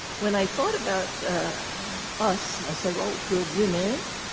when i thought about us, i said, well, we're women.